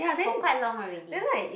for quite long already